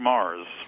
Mars